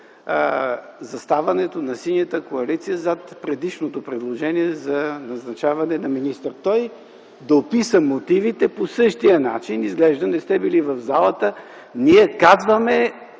заставането на Синята коалиция зад предишното предложение за назначаване на министър. Той дописа мотивите по същия начин. Изглежда не сте били в залата. Ние казваме